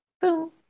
Boom